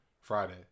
Friday